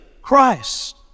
Christ